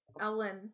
Ellen